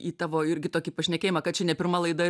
į tavo irgi tokį pašnekėjimą kad čia ne pirma laida